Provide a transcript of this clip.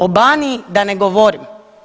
O Baniji da ne govorim.